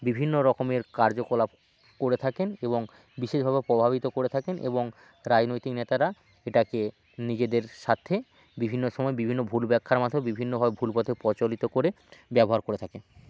বিভিন্নরকমের কার্যকলাপ করে থাকেন এবং বিশেষভাবে প্রভাবিত করে থাকেন এবং রাজনৈতিক নেতারা এটাকে নিজেদের স্বার্থে বিভিন্ন সময় বিভিন্ন ভুল ব্যাখ্যার মাধ্যমে বিভিন্নভাবে ভুল পথে পচলিত করে ব্যবহার করে থাকে